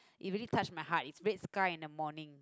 it really touched my heart it's red sky in the morning